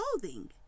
clothing